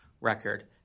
record